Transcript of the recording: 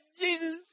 Jesus